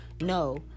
no